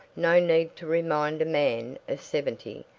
no need to remind a man of seventy,